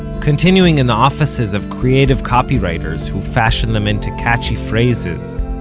continuing in the offices of creative copywriters who fashioned them into catchy phrases,